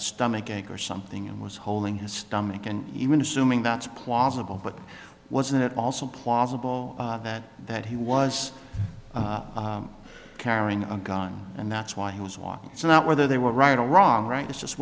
a stomachache or something and was holding his stomach and even assuming that's plausible but wasn't it also plausible that that he was carrying a gun and that's why he was walking it's not whether they were right or wrong right it's just